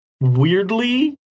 weirdly